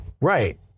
Right